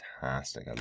fantastic